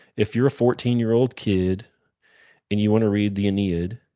if you're a fourteen year old kid and you want to read the aeneid,